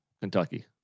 Kentucky